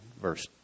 verse